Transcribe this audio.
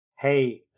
hey